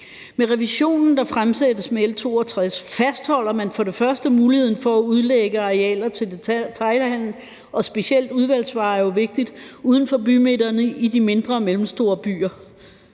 Med revisionen, der fremsættes med L 62, fastholder man for det første muligheden for at udlægge arealer til detailhandel. Og specielt udvalgsvarer er jo vigtige uden for bymidterne i de mindre og mellemstore byer.